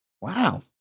Wow